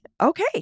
okay